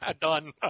Done